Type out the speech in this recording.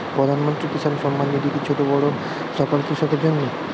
প্রধানমন্ত্রী কিষান সম্মান নিধি কি ছোটো বড়ো সকল কৃষকের জন্য?